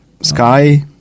Sky